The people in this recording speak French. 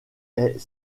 est